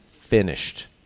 finished